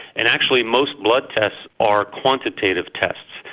and actually most blood tests are quantitative tests,